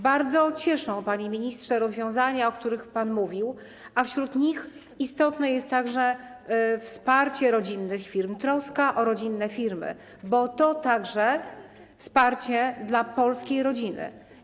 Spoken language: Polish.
Bardzo cieszą, panie ministrze, rozwiązania, o których pan mówił, a wśród nich istotne jest także wsparcie rodzinnych firm, troska o rodzinne firmy, bo to także wsparcie dla polskiej rodziny.